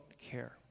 care